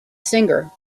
singer